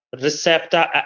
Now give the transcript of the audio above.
receptor